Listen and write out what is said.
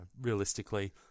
realistically